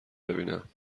ببینم